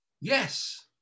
Yes